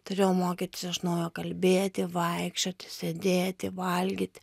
turėjau mokytis iš naujo kalbėti vaikščioti sėdėti valgyti